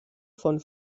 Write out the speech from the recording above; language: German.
von